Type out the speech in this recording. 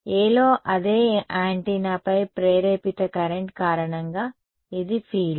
Aలో అదే యాంటెన్నాపై ప్రేరేపిత కరెంట్ కారణంగా ఇది ఫీల్డ్